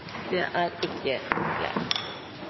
det er ikke